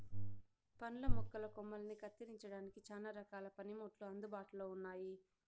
పండ్ల మొక్కల కొమ్మలని కత్తిరించడానికి చానా రకాల పనిముట్లు అందుబాటులో ఉన్నయి